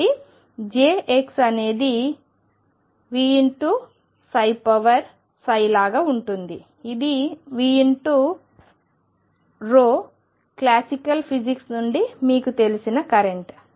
కాబట్టి jx అనేది vψ లాగా ఉంటుంది ఇది v×ρ క్లాసికల్ ఫిజిక్స్ నుండి మీకు తెలిసిన కరెంట్